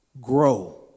grow